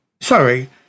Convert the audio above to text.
Sorry